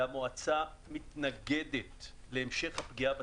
והמועצה מתנגדת להמשך פגיעה בצרכנים.